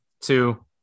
two